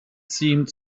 seemed